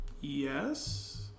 Yes